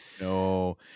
No